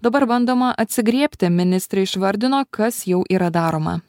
dabar bandoma atsigriebti ministrė išvardino kas jau yra daroma